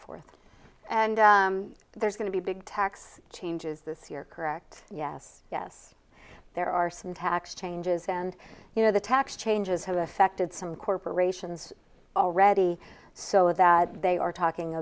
forth and there's going to be big tax changes this year correct yes yes there are some tax changes and you know the tax changes have affected some corporations already so that they are talking